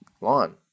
lawn